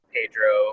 Pedro